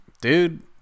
dude